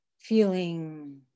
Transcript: feeling